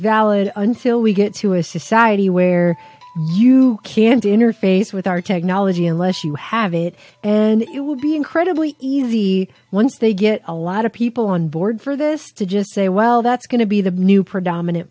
valid until we get to a society where you can't interface with our technology unless you have it and you will be incredibly easy once they get a lot of people on board for this to just say well that's going to be the new predominant